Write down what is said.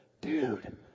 Dude